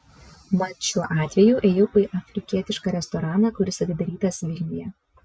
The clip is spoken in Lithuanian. mat šiuo atveju ėjau į afrikietišką restoraną kuris atidarytas vilniuje